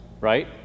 right